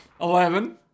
Eleven